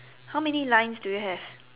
how many lines do you have